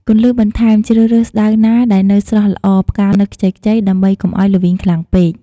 គន្លឹះបន្ថែមជ្រើសរើសស្តៅណាដែលនៅស្រស់ល្អ ផ្កានៅខ្ចីៗដើម្បីកុំឲ្យល្វីងខ្លាំងពេក។